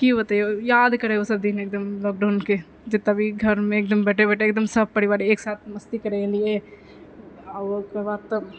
कि बतइऔ याद कर ओ सबदिन एकदम लॉकडाउनके जेतए भी घरमे बैठे बैठ एकदम सब परिवार एकसाथ मस्ती करलिऐ आ ओकरबाद तऽ